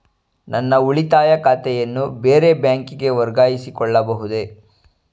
ನನ್ನ ಉಳಿತಾಯ ಖಾತೆಯನ್ನು ಬೇರೆ ಬ್ಯಾಂಕಿಗೆ ವರ್ಗಾಯಿಸಿಕೊಳ್ಳಬಹುದೇ?